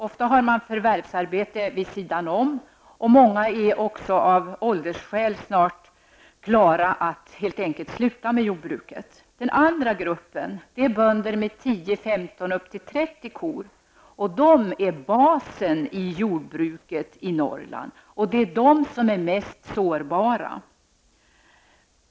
Ofta har man förvärvsarbete vid sidan om, och många är också av åldersskäl snart klara att helt enkelt sluta med jordbruket. Den andra gruppen är bönder med 10, 15 och upp till 30 kor. De utgör basen i jordbruket i Norrland, och det är de som är mest sårbara.